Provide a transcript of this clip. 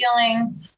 feeling